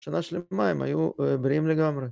שנה שלמה הם היו בריאים לגמרי.